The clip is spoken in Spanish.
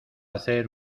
hacer